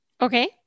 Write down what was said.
Okay